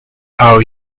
are